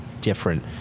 different